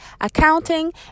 Accounting